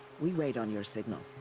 we raid on your signal.